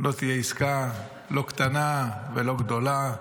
לא תהיה עסקה, לא קטנה ולא גדולה.